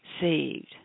saved